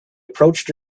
approached